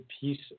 piece